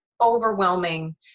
overwhelming